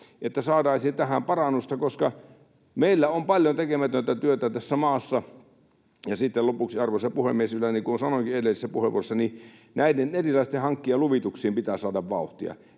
että saataisiin tähän parannusta, koska meillä on paljon tekemätöntä työtä tässä maassa. Ja sitten lopuksi, arvoisa puhemies, niin kuin sanoinkin edellisessä puheenvuorossani, näiden erilaisten hankkeiden luvituksiin pitää saada vauhtia,